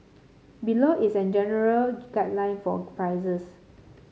below is a general guideline for prices